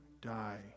die